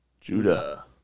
Judah